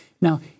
Now